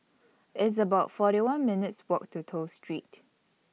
It's about forty one minutes' Walk to Toh Street